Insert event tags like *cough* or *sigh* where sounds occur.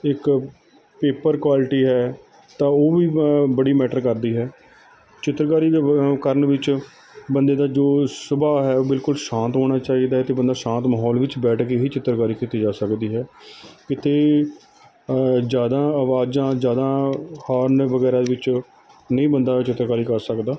ਇੱਕ paper quality ਹੈ ਤਾਂ ਉਹ ਵੀ ਬੜੀ ਮੈਟਰ ਕਰਦੀ ਹੈ ਚਿੱਤਰਕਾਰੀ *unintelligible* ਕਰਨ ਵਿੱਚ ਬੰਦੇ ਦਾ ਜੋ ਸੁਭਾਅ ਹੈ ਉਹ ਬਿਲਕੁਲ ਸ਼ਾਂਤ ਹੋਣਾ ਚਾਹੀਦਾ ਅਤੇ ਬੰਦਾ ਸ਼ਾਂਤ ਮਾਹੌਲ ਵਿੱਚ ਬੈਠ ਕੇ ਹੀ ਚਿੱਤਰਕਾਰੀ ਕੀਤੀ ਜਾ ਸਕਦੀ ਹੈ ਕਿਤੇ ਜਿਆਦਾ ਆਵਾਜ਼ਾਂ ਜ਼ਿਆਦਾ ਹਾਰਨ ਵਗੈਰਾ ਵਿੱਚ ਨਹੀਂ ਬੰਦਾ ਚਿੱਤਰਕਾਰੀ ਕਰ ਸਕਦਾ